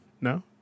No